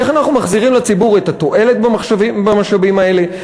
איך אנחנו מחזירים לציבור את התועלת במשאבים האלה?